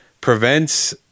prevents